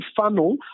funnel